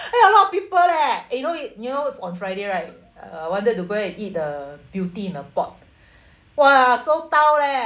!aiya! lot of people leh eh know you you know on friday right uh wanted to go and eat the beauty in a pot !wah! so leh